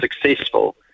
successful